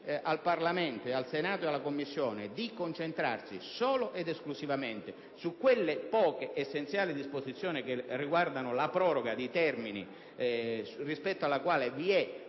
al Parlamento, al Senato e alla Commissione di concentrarsi solo ed esclusivamente su quelle poche ed essenziali disposizioni che riguardano la proroga dei termini rispetto alle quali vi è